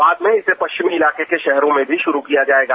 बाद में इसे पश्चिमी इलाके के शहरों में भी शुरू किया जाएगा